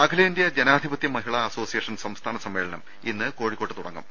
അഖിലേന്ത്യാ ജനാധിപത്യ മഹിളാ അസോസിയേഷൻ സംസ്ഥാന സമ്മേളനം ഇന്ന് കോഴിക്കോട് തുടങ്ങും